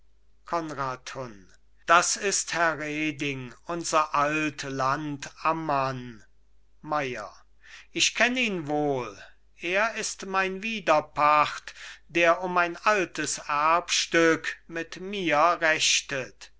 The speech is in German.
das ist herr reding unser altlandammann meier ich kenn ihn wohl er ist mein widerpart der um ein altes erbstück mit mir rechtet